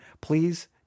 please